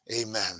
Amen